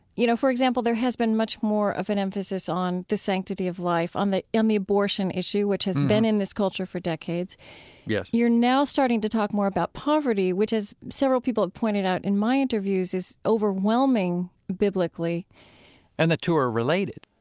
you know, for example, there has been much more of an emphasis on the sanctity of life, on the abortion issue, which has been in this culture for decades yes you're now starting to talk more about poverty, which, as several people have pointed out in my interviews, is overwhelming biblically and the two are related.